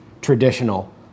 traditional